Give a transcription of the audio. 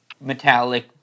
metallic